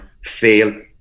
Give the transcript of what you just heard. fail